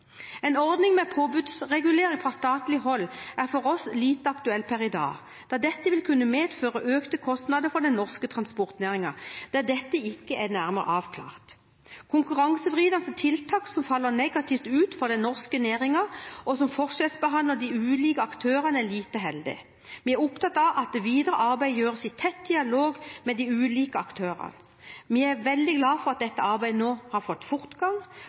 En ordning med påbudsregulering fra statlig hold er for oss lite aktuelt per i dag, da dette vil kunne medføre økte kostnader for den norske transportnæringen der dette ikke er nærmere avklart. Konkurransevridende tiltak som faller negativt ut for den norske næringen, og som forskjellsbehandler de ulike aktørene, er lite heldig. Vi er opptatt av at videre arbeid gjøres i tett dialog med de ulike aktørene. Vi er veldig glad for at dette arbeidet nå har fått fortgang